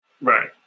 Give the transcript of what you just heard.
Right